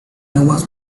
aguas